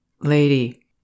lady